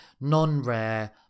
non-rare